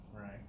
Right